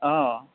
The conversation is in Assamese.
অঁ